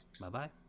Bye-bye